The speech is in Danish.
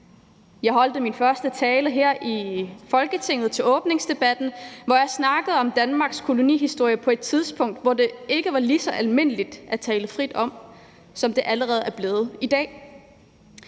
Jeg holdt min første tale her i Folketinget til åbningsdebatten, hvor jeg talte om Danmarks kolonihistorie på et tidspunkt, hvor det ikke var lige så almindeligt at tale så frit om den, som det allerede er blevet i dag.